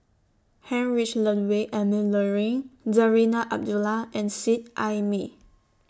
Heinrich Ludwig Emil Luering Zarinah Abdullah and Seet Ai Mee